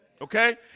Okay